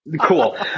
Cool